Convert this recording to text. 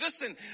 listen